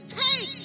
take